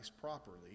properly